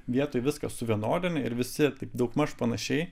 vietoj viską suvienodini ir visi taip daugmaž panašiai